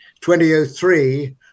2003